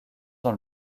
dans